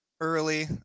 early